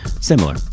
similar